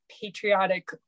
patriotic